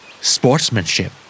Sportsmanship